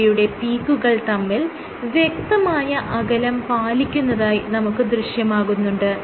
ഇവയുടെ പീക്കുകൾ തമ്മിൽ വ്യക്തമായ അകലം പാലിക്കപ്പെടുന്നതായി നമുക്ക് ദൃശ്യമാകുന്നുണ്ട്